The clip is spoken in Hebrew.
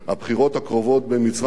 הבחירות הקרובות במצרים,